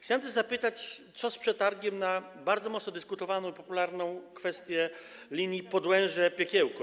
Chciałbym też zapytać: Co z przetargiem na bardzo mocno dyskutowaną i popularną kwestię linii Podłęże - Piekiełko?